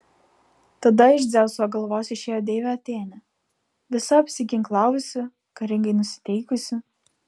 tada iš dzeuso galvos išėjo deivė atėnė visa apsiginklavusi karingai nusiteikusi